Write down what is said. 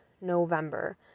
November